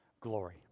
glory